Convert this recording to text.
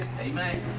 Amen